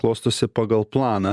klostosi pagal planą